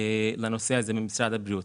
לנושא הזה במשרד הבריאות,